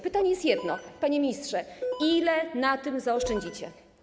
Pytanie jest jedno: Panie ministrze, ile na tym zaoszczędzicie?